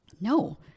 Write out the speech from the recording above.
no